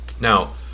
Now